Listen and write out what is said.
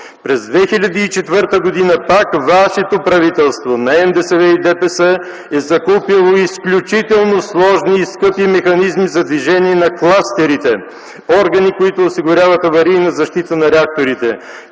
През 2004 г. пак вашето правителство – на НДСВ и ДПС, е закупило изключително сложни и скъпи механизми за движение на клъстерите, органи, които осигуряват аварийна защита на реакторите,